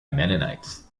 mennonites